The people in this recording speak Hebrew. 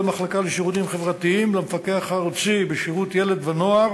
המחלקה לשירותים חברתיים למפקח הארצי בשירות ילד ונוער